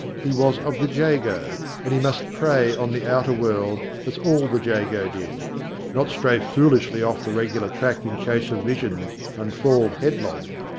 he was of the jago, and he must prey on the outer world, as all the jago did not stray foolishly off the regular track in chase of visions, and fall headlong.